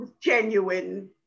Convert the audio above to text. genuine